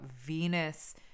Venus